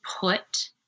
put